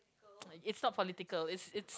it's not political it's it's